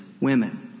women